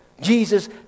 Jesus